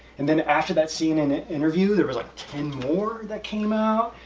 and then after that cnn interview, there was like ten more that came out,